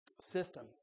system